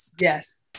Yes